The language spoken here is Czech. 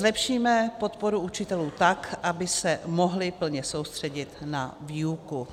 Zlepšíme podporu učitelů tak, aby se mohli plně soustředit na výuku.